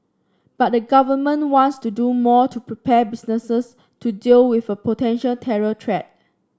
but the Government wants to do more to prepare businesses to deal with a potential terror threat